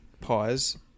Pause